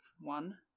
one